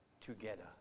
together